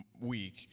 week